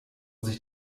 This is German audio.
sich